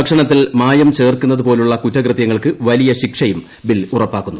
ഭക്ഷണത്തിൽ മായം ചേർക്കുന്നത് പോലുള്ള കുറ്റകൃത്യങ്ങൾക്ക് വലിയ ശിക്ഷയും ബിൽ ഉറപ്പാക്കുന്നു